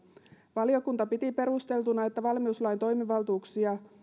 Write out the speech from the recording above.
valiokunta piti perusteltuna että valmiuslain toimivaltuuksia